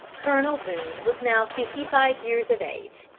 colonel boone was now fifty-five years of age.